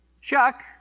Chuck